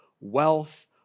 wealth